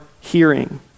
hearing